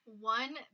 One